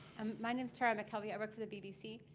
and my name's tara mckelvey. i work for the bbc.